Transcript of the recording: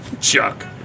Chuck